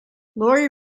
laurie